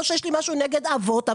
לא שיש לי משהו נגד אבות,